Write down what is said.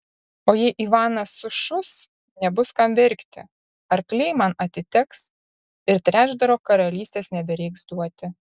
o jei ivanas sušus nebus kam verkti arkliai man atiteks ir trečdalio karalystės nebereikės duoti